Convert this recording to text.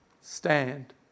stand